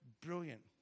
brilliant